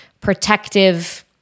protective